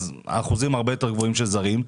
אז האחוזים הרבה יותר גבוהים של זרים,